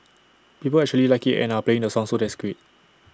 people actually like IT and are playing the song so that's great